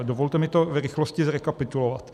Dovolte mi to v rychlosti zrekapitulovat.